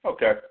Okay